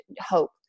hope